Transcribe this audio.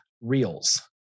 reels